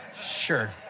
Sure